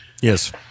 Yes